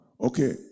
Okay